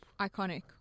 Iconic